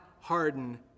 harden